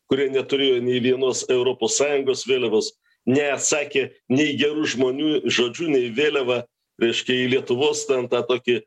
kurie neturėjo nei vienos europos sąjungos vėliavos neatsakė nei geru žmonių žodžiu nei vėliava reiškia į lietuvos ten tą tokį